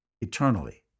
eternally